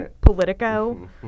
politico